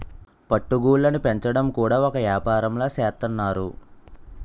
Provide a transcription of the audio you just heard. పట్టు గూళ్ళుని పెంచడం కూడా ఒక ఏపారంలా సేత్తన్నారు